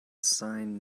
sign